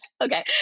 okay